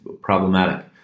problematic